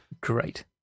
Great